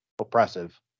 oppressive